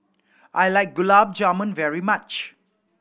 I like Gulab Jamun very much